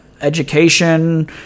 education